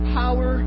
power